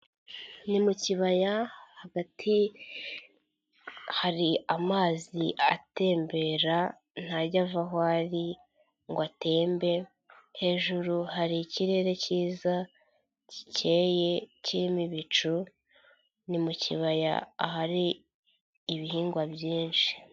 Ni mu kibaya hagati, hari amazi atembera ntajya ava aho ari ngo atembe, hejuru hari ikirere cyiza, gikeye kirimo ibicu, ni mu kibaya ahari ibihingwa byinshi.